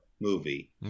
movie